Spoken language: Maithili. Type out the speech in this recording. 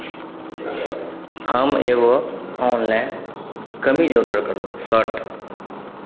हम एगो ऑनलाइन कमीज ऑडर करलहुँ शर्ट